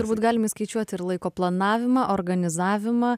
turbūt galim įskaičiuot ir laiko planavimą organizavimą